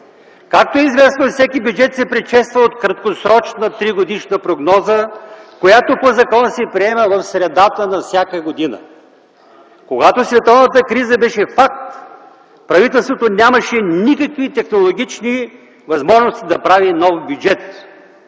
Както е известно, всеки бюджет се предшества от краткосрочна тригодишна прогноза, която по закон се приема в средата на всяка година. Когато световната криза беше факт, правителството нямаше никакви технологични възможности да прави нов бюджет.